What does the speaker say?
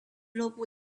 俱乐部